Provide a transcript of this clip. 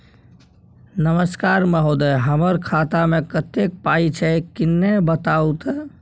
नमस्कार महोदय, हमर खाता मे कत्ते पाई छै किन्ने बताऊ त?